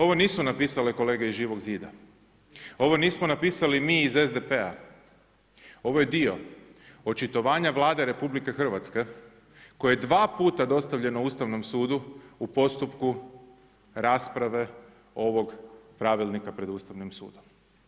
Ovo nisu napisale kolege iz Živog zida, ovo nismo napisali mi iz SDP-a, ovo je dio očitovanja Vlade RH koje je dva puta dostavljeno Ustavnom sudu u postupku rasprave ovog pravilnika pred Ustavnim sudom.